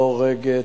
לא הורגת,